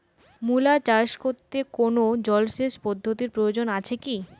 মূলা চাষ করতে কোনো জলসেচ পদ্ধতির প্রয়োজন আছে কী?